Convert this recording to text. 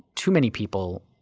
too many people,